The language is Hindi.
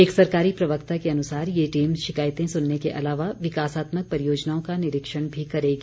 एक सरकारी प्रवक्ता के अनुसार ये टीम शिकायतें सुनने के अलावा विकासात्मक परियोजनाओं का निरीक्षण भी करेगी